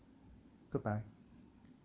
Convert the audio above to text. bye bye